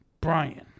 Brian